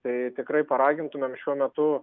tai tikrai paragintumėm šiuo metu